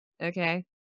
okay